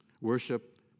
worship